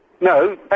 No